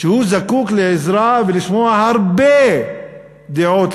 שהוא זקוק לעזרה ולשמוע הרבה דעות,